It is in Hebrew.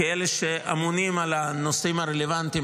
כמי שאמונים על הנושאים הרלוונטיים,